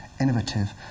innovative